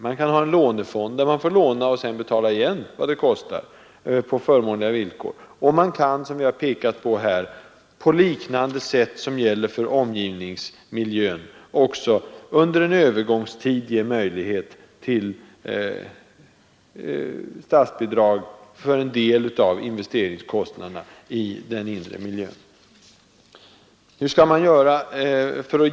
Man kan ha en lånefond, där företagen får låna till investeringen och sedan betala igen på förmånliga villkor. Och man kan, som jag påpekade, på liknande sätt som gäller för omgivningsmiljön under en övergångstid ge möjlighet till statsbidrag för en del av investeringskostnaderna i den inre miljön.